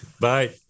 Bye